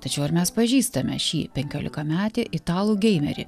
tačiau ar mes pažįstame šį penkiolikametį italų geimerį